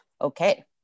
Okay